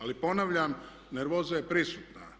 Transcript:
Ali ponavljam, nervoza je prisutna.